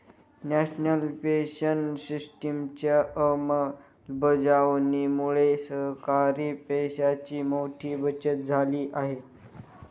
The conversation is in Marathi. नॅशनल पेन्शन सिस्टिमच्या अंमलबजावणीमुळे सरकारी पैशांची मोठी बचत झाली आहे